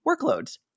workloads